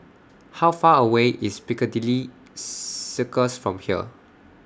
How Far away IS Piccadilly Circus from here